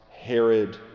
Herod